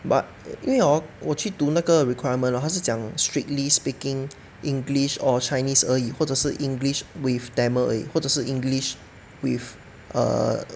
but 因为 hor 我去读那个 requirement 他是讲 strictly speaking english or chinese 而已或者是 english with tamil 而已或者是 english with err